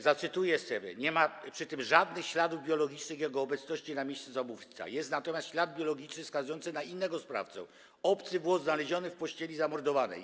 Zacytuję: Nie ma przy tym żadnych śladów biologicznych jego obecności na miejscu zabójstwa, jest natomiast ślad biologiczny wskazujący na innego sprawcę - obcy włos znaleziony w pościeli zamordowanej.